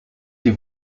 die